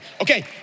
Okay